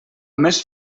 més